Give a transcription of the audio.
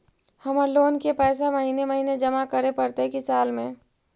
हमर लोन के पैसा महिने महिने जमा करे पड़तै कि साल में?